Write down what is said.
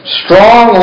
strong